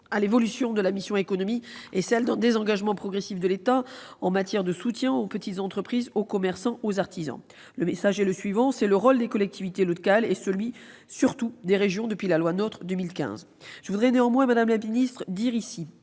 à l'évolution de la mission « Économie » est celle d'un désengagement progressif de l'État en matière de soutien aux petites entreprises, aux commerçants, aux artisans. Le message est le suivant : c'est le rôle des collectivités locales, et surtout celui des régions depuis la loi NOTRe de 2015. Je voudrais néanmoins, madame la secrétaire